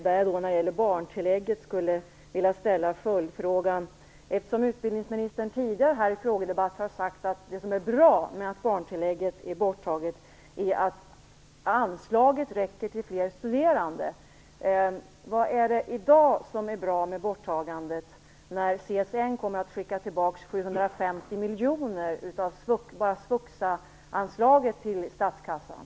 När det gäller barntillägget skulle jag vilja ställa följdfrågan: I tidigare frågedebatter har utbildningsministern sagt att det som är bra med att barntillägget är borttaget är att anslaget räcker till fler studerande. Vad är det i dag som är bra med borttagandet, när CSN kommer att skicka tillbaka 750 miljoner bara av svuxa-anslaget till statskassan?